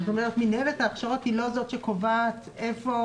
זאת אומרת מינהלת ההכשרות היא לא זאת שקובעת איזה